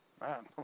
Man